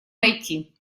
найти